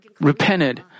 repented